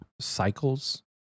cycles